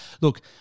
look